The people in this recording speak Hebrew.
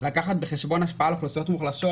לקחת בחשבון השפעה על אוכלוסיות מוחלשות